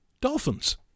Dolphins